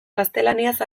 gaztelaniaz